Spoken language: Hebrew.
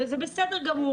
וזה בסדר גמור.